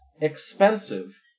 expensive